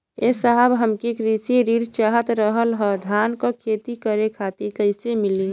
ए साहब हमके कृषि ऋण चाहत रहल ह धान क खेती करे खातिर कईसे मीली?